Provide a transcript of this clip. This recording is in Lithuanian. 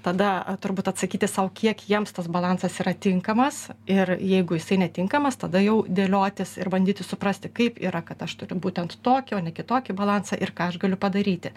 tada turbūt atsakyti sau kiek jiems tas balansas yra tinkamas ir jeigu jisai netinkamas tada jau dėliotis ir bandyti suprasti kaip yra kad aš turiu būtent tokį o ne kitokį balansą ir ką aš galiu padaryti